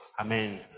Amen